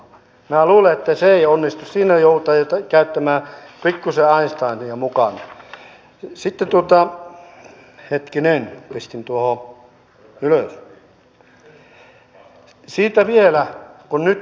ajattelen niin että nimenomaan kunnat ovat tässä avainasemassa ja suorastaan syyhyävät päästä tekemään tätä työtä kun ei